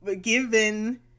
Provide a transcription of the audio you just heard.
given